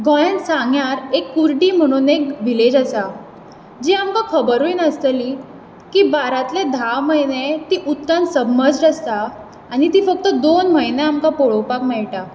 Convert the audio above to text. गोंयान सांग्यार एक कुर्डी म्हणून एक विलेज आसा जी आमकां खबरूंय नासतली की बारांतले धा म्हयने ती उदकान सब्मर्जड आसता आनी ती फक्त दोन म्हयने आमकां पळोवपाक मेळटा